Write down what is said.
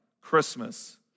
Christmas